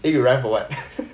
then you run for what